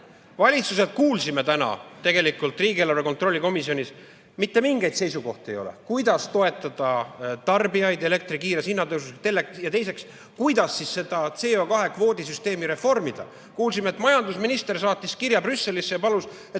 Valitsuselt kuulsime täna tegelikult riigieelarve kontrolli komisjonis: mitte mingeid seisukohti ei ole, kuidas toetada tarbijaid elektri hinna kiires tõusus, ja teiseks, kuidas seda CO2kvoodi süsteemi reformida. Kuulsime, et majandusminister saatis kirja Brüsselisse ja palus, et